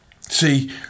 See